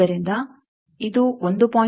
ಆದ್ದರಿಂದ ಇದು 1